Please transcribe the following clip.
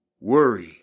Worry